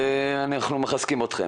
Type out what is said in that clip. ואנחנו מחזקים אתכם.